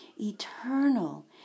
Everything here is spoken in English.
Eternal